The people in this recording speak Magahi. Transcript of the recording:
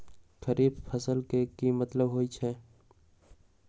खरीफ फसल के की मतलब होइ छइ?